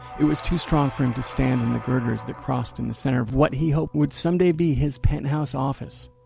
it was too strong for him to stand in the girders that crossed in the center of what he hoped would someday be his penthouse office.